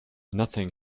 nothing